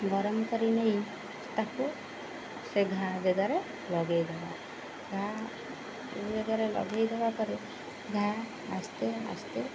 ଗରମ କରି ନେଇ ତାକୁ ସେ ଘା ଜାଗାରେ ଲଗେଇଦେବା ଘା ଜାଗାରେ ଲଗେଇଦେବା ପରେ ଘା ଆସ୍ତେ ଆସ୍ତେ